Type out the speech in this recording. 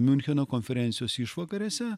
miuncheno konferencijos išvakarėse